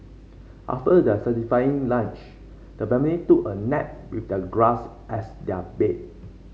after their satisfying lunch the family took a nap with the grass as their bed